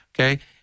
Okay